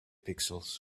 pixels